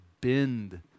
bend